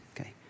Okay